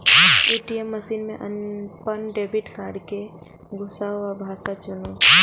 ATM machine मे अपन debit card कें घुसाउ आ भाषा चुनू